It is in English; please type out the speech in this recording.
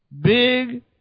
Big